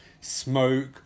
smoke